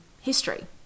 history